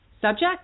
Subject